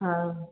हाँ